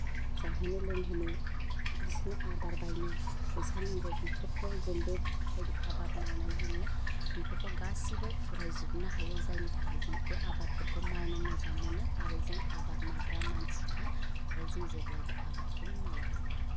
जाहोनो लोंहोनो बिसिनो आदार बायनो फैसा नांगौ बेफोरखौ जों बे बायदि आबाद मावनाय जोङो बिफोरखौ गासैबो फुरायजोबनो हायो जायनि थाखाय जों बे आबादफोरखौ मावनो मोजां मोनो आरो जों आबाद मावग्रा मानसिखा आरो जों जेब्लायबो आबादखौनो मावगोन